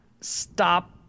stop